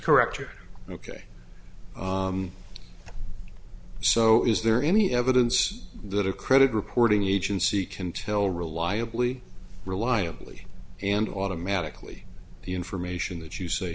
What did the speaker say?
corrector ok so is there any evidence that a credit reporting agency can tell reliably reliably and automatically the information that you say